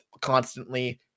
constantly